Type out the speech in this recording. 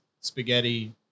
spaghetti